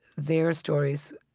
their stories,